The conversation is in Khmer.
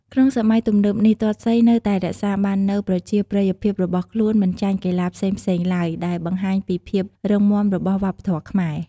ក្នុងសម័យទំនើបនេះ ទាត់សីនៅតែរក្សាបាននូវប្រជាប្រិយភាពរបស់ខ្លួនមិនចាញ់កីឡាផ្សេងៗឡើយ ដែលបង្ហាញពីភាពរឹងមាំរបស់វប្បធម៌ខ្មែរ។